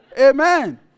Amen